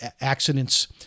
accidents